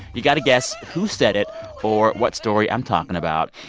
you got to guess who said it or what story i'm talking about.